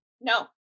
No